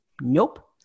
Nope